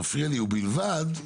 מפריע "ולבד"